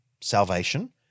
salvation